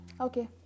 Okay